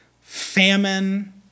famine